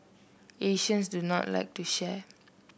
Asians do not like to share